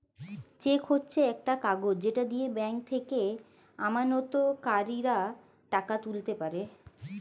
check হচ্ছে একটা কাগজ যেটা দিয়ে ব্যাংক থেকে আমানতকারীরা টাকা তুলতে পারে